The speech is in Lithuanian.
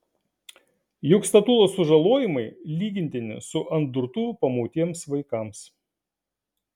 juk statulos sužalojimai lygintini su ant durtuvų pamautiems vaikams